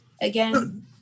again